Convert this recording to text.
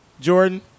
Jordan